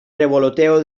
revoloteo